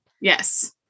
Yes